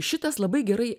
šitas labai gerai